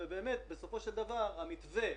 ובאמת בסופו של דבר המתווה שהוצע,